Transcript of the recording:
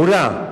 מולה,